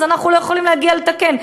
אז אנחנו לא יכולים להגיע לתקן.